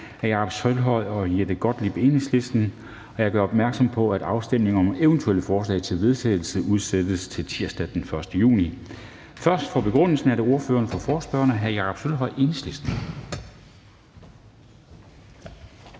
Kristensen): Mødet er genoptaget. Jeg gør opmærksom på, at afstemning om eventuelle forslag til vedtagelse udsættes til tirsdag den 1. juni 2021. Først, for begrundelsen, er det ordføreren for forespørgerne, hr. Jakob Sølvhøj, Enhedslisten.